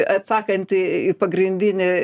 atsakant į pagrindinį